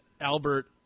Albert